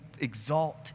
exalt